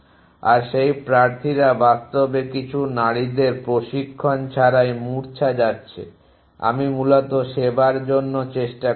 আর সেই প্রার্থীরা বাস্তবে কিছু নারীদের প্রশিক্ষণ ছাড়াই মূর্ছা যাচ্ছে আমি মূলত সেবার জন্য সেটা করছি